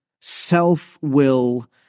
self-will